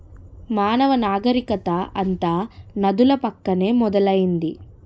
మానవ నాగరికత అంతా నదుల పక్కనే మొదలైంది